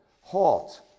Halt